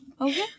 Okay